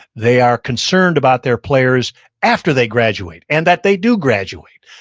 they are concerned about their players after they graduate, and that they do graduate.